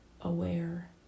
aware